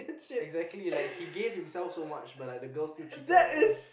exactly like he gave himself so much but like the girl still cheated on him